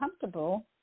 comfortable